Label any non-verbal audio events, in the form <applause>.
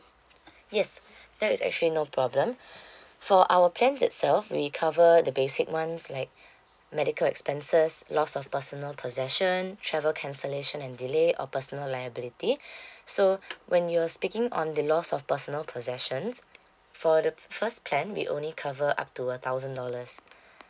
yes <breath> that is actually no problem <breath> for our plans itself we cover the basic ones like <breath> medical expenses loss of personal possession travel cancellation and delay or personal liability <breath> so when you are speaking on the loss of personal possessions for the first plan we only cover up to a thousand dollars <breath>